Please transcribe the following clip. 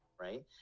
Right